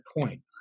point